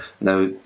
now